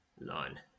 line